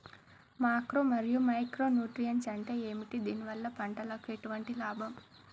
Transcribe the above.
Macro మరియు micro nutrients అంటే ఏమిటి? దీనివల్ల పంటకు ఎటువంటి లాభం?